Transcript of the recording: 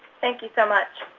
thank you so much.